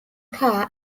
car